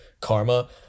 karma